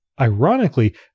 Ironically